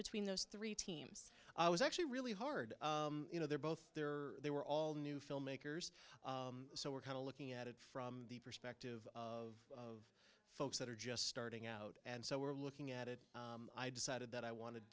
between those three teams i was actually really hard you know they're both there they were all new filmmakers so we're kind of looking at it from the perspective of folks that are just starting out and so we're looking at it i decided that i wanted